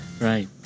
Right